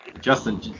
Justin